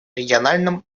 региональном